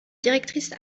directrice